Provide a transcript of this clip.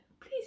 please